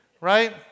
right